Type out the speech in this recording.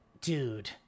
Dude